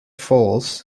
falls